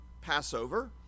Passover